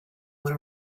went